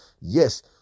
Yes